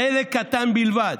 חלק קטן בלבד.